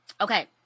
Okay